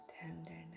tenderness